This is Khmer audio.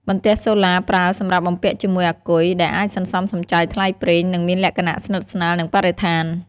បន្ទះសូឡាប្រើសម្រាប់បំពាក់ជាមួយអាគុយ ដែលអាចសន្សំសំចៃថ្លៃប្រេង និងមានលក្ខណៈស្និទ្ធស្នាលនឹងបរិស្ថាន។